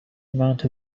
amount